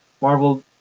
Marvel